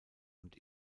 und